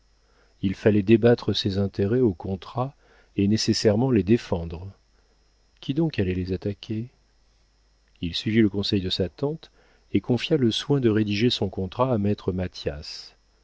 il fallait débattre ses intérêts au contrat et nécessairement les défendre qui donc allait les attaquer il suivit le conseil de sa tante et confia le soin de rédiger son contrat à maître mathias